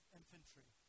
infantry